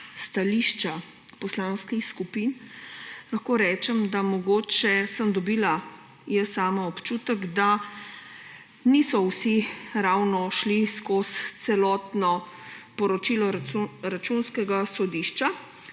stališča poslanskih skupin, lahko rečem, da mogoče sem dobila jaz sama občutek, da niso vsi ravno šli skozi celotno poročilo Računskega sodišča